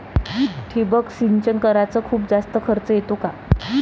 ठिबक सिंचन कराच खूप जास्त खर्च येतो का?